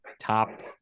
top